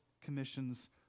commissions